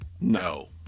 No